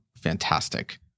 fantastic